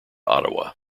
ottawa